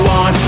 on